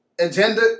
agenda